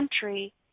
country